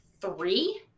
three